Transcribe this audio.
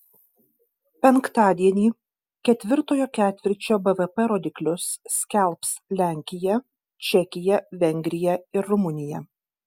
penktadienį ketvirtojo ketvirčio bvp rodiklius skelbs lenkija čekija vengrija ir rumunija